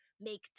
make